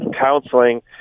counseling